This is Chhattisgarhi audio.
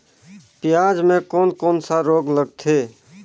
पियाज मे कोन कोन सा रोग लगथे?